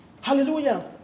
Hallelujah